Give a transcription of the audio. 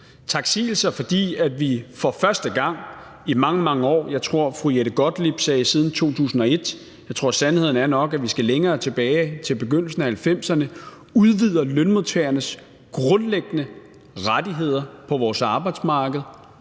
Taksigelser, fordi vi for første gang i mange, mange år – jeg tror, fru Jette Gottlieb sagde siden 2001, men sandheden er nok, tror jeg, at vi skal længere tilbage, nemlig til begyndelsen af 1990'erne – udvider lønmodtagernes grundlæggende rettigheder på vores arbejdsmarked.